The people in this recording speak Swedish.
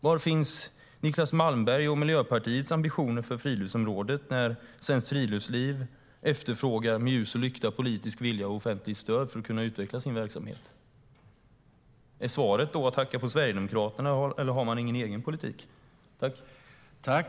Var finns Niclas Malmbergs och Miljöpartiets ambitioner för friluftsområdet när Svenskt Friluftsliv med ljus och lykta efterfrågar politisk vilja och offentligt stöd för att kunna utveckla sin verksamhet? Är svaret att hacka på Sverigedemokraterna? Har ni ingen egen politik?